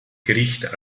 gericht